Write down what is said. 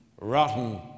rotten